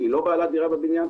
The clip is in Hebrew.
שאינה בעלת דירה בבניין,